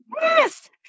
Yes